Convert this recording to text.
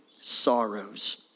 sorrows